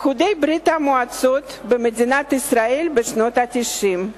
יהודי ברית-המועצות במדינת ישראל בשנות ה-90",